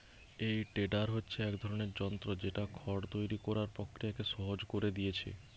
এই টেডার হচ্ছে এক ধরনের যন্ত্র যেটা খড় তৈরি কোরার প্রক্রিয়াকে সহজ কোরে দিয়েছে